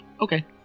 Okay